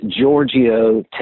Giorgio